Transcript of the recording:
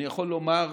אני יכול לומר,